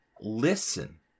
listen